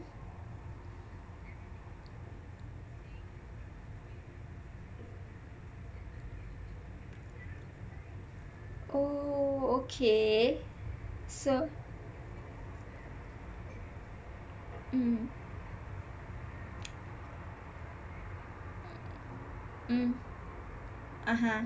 oh okay so mm mm (uh huh)